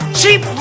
cheap